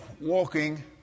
walking